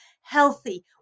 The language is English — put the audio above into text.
healthy